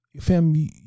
fam